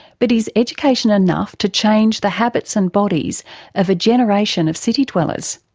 but is education enough to change the habits and bodies of a generation of city dwellers?